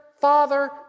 father